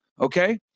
Okay